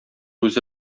үзе